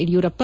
Yediyurappa